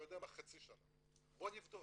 ונבדוק